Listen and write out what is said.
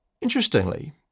Interestingly